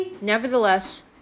Nevertheless